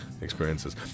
experiences